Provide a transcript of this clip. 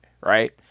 right